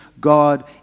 God